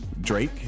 Drake